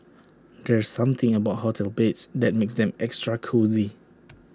there's something about hotel beds that makes them extra cosy